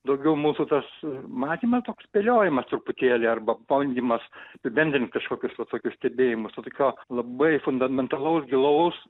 daugiau mūsų tas matymas toks spėliojimas truputėlį arba bandymas apibendrint kažkokius va tokius stebėjimus o tokio labai fundamentalaus gilaus